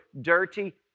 dirty